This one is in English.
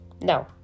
No